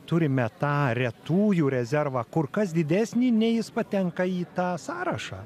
turime tą retųjų rezervą kur kas didesnį nei jis patenka į tą sąrašą